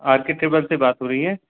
are K travellers से बात हो रही है